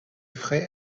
frais